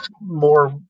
more